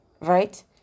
right